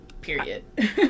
Period